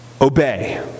Obey